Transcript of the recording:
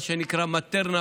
מה שנקרא מטרנה,